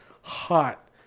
hot